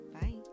Bye